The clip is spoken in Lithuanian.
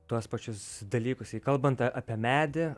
tuos pačius dalykus jei kalbant apie medį